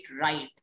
right